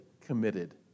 committed